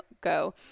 go